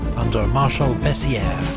under marshal bessieres.